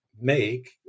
make